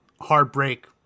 heartbreak